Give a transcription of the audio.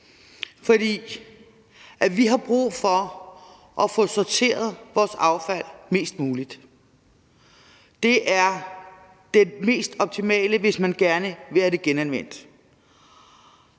fordi vi har brug for at få sorteret vores affald mest muligt. Det er det mest optimale, hvis man gerne vil have det genanvendt.